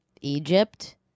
Egypt